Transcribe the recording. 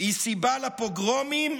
היא סיבה לפוגרומים